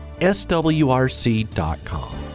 swrc.com